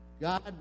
God